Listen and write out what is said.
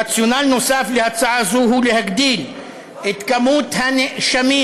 רציונל נוסף להצעה זו הוא להגדיל את מספר הנאשמים,